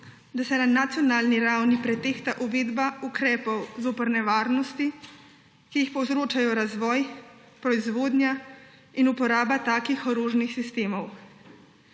da se na nacionalni ravni pretehta uvedba ukrepov zoper nevarnosti, ki jih povzročajo razvoj, proizvodnja in uporaba takih orožnih sistemov.